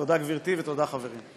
תודה, גברתי, ותודה, חברי.